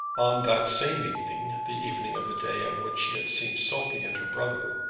on that same evening, the evening of the day on which he had seen sophie and her brother,